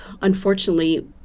unfortunately